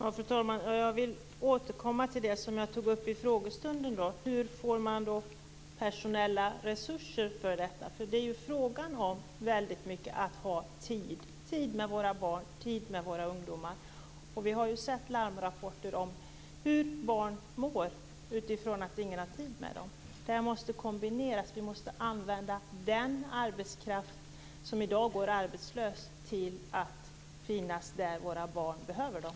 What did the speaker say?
Fru talman! Jag vill återkomma till det som jag tog upp i frågestunden i dag. Hur får man personella resurser till detta? Det är ju mycket en fråga om att ha tid; tid med våra barn, tid med våra ungdomar. Vi har ju sett larmrapporter om hur barn mår av att ingen har tid med dem. Det här måste kombineras. Vi måste använda den arbetskraft som i dag går arbetslös till att finnas där våra barn behöver dem.